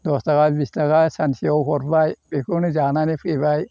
दस' थाखा बिस' थाखा सानसेआव हरबाय बेखौनो जानानै फैबाय